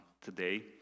today